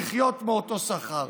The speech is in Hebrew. לחיות מאותו שכר.